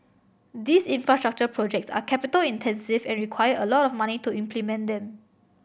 these infrastructure projects are capital intensive and require a lot of money to implement them